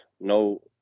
no